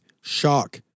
shock